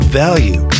value